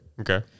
okay